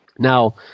Now